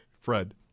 Fred